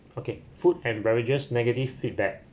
okay food and beverages negative feedback